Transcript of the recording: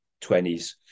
20s